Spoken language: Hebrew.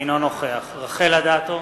אינו נוכח רחל אדטו,